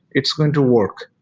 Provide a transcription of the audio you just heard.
it's going to work.